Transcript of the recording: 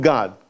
God